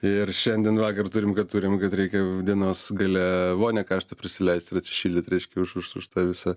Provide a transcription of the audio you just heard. ir šiandien vakar turim ką turim kad reikia dienos gale vonią karštą prisileist ir atsišildyt reiškia už už tą visą